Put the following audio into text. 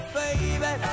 baby